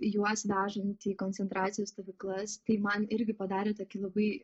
juos vežantį į koncentracijos stovyklas tai man irgi padarė tokį labai